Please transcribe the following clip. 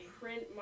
print